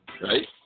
right